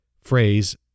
phrase